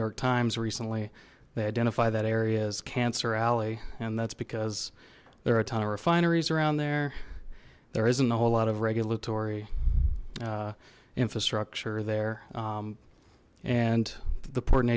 york times recently they identify that area as cancer alley and that's because there are a ton of refineries around there there isn't a whole lot of regulatory infrastructure there and the port